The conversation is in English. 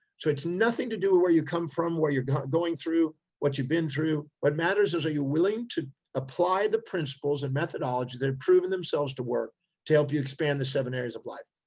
so it's nothing to do with where you come from, where you're going through, what you've been through, what matters is are you willing to apply the principles and methodologies that have proven themselves to work to help you expand the seven areas of life?